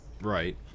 Right